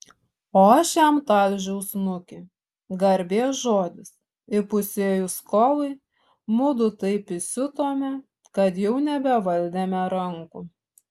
o aš jam talžau snukį garbės žodis įpusėjus kovai mudu taip įsiutome kad jau nebevaldėme rankų